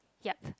yup